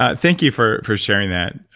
ah thank you for for sharing that,